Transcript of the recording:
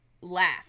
laugh